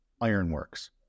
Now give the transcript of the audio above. ironworks